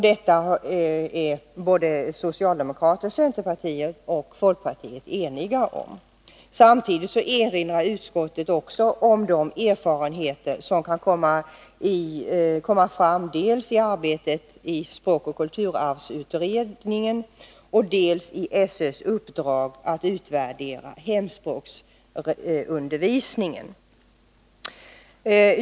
Det är både socialdemokraterna, centerpartiet och folkpartiet eniga om. Samtidigt erinrar utskottet om de erfarenheter som kan komma fram dels i arbetet i språkoch kulturarvsutredningen, dels genom skolöverstyrelsens uppdrag att utvärdera hemspråksundervisningen.